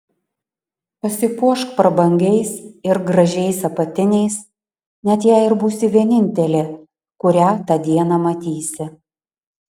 pasipuošk prabangiais ir gražiais apatiniais net jei ir būsi vienintelė kurią tą dieną matysi